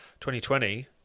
2020